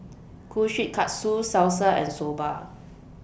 Kushikatsu Salsa and Soba